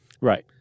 Right